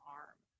arm